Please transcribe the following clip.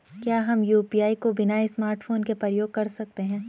क्या हम यु.पी.आई को बिना स्मार्टफ़ोन के प्रयोग कर सकते हैं?